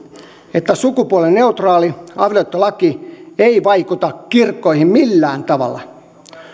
että sukupuolineutraali avioliittolaki ei vaikuta kirkkoihin millään tavalla